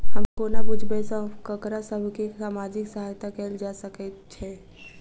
हम कोना बुझबै सँ ककरा सभ केँ सामाजिक सहायता कैल जा सकैत छै?